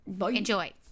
Enjoy